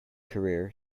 career